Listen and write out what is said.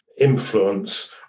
influence